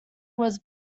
was